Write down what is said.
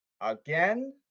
again